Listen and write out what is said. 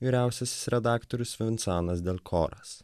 vyriausiasis redaktorius vincanas del koras